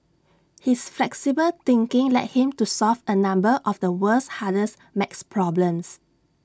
his flexible thinking led him to solve A number of the world's hardest math problems